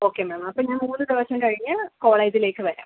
okay ma'am അപ്പം ഞാന് മൂന്ന് ദിവസം കഴിഞ്ഞ് കോളേജിലേക്ക് വരാം